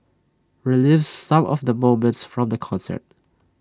relives some of the moments from the concert